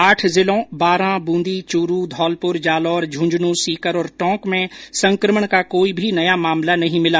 आठ जिलों बारां बूंदी चूरू धौलपुर जालौर झुंझुनूं सीकर और टोंक में संकमण का कोई भी नया मामला नहीं मिला